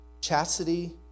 chastity